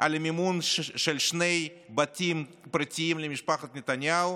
על מימון של שני בתים פרטיים למשפחת נתניהו